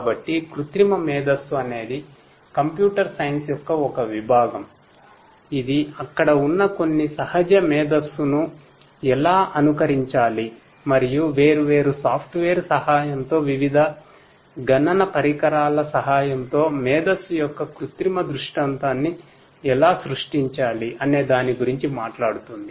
కాబట్టి artificial intelligence సహాయంతో వివిధ గణన పరికరాల సహాయంతో మేధస్సు యొక్క కృత్రిమ దృష్టాంతాన్ని ఎలా సృష్టించాలి అనే దాని గురించి మాట్లాడుతుంది